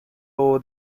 over